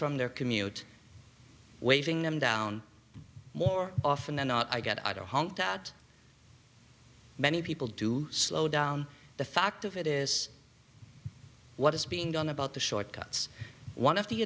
from their commute waving them down more often than not i get i don't honk that many people do slow down the fact of it is what is being done about the shortcuts one of the